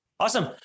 Awesome